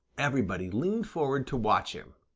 everybody leaned forward to watch him.